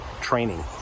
training